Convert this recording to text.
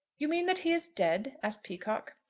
you mean that he is dead? asked peacocke.